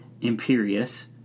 imperious